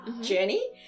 journey